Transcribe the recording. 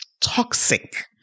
toxic